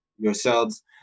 yourselves